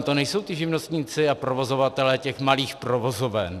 To nejsou ti živnostníci a provozovatelé těch malých provozoven.